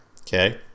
Okay